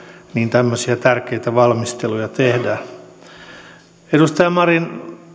tämmöisiä tärkeitä valmisteluja tehdään edustaja marin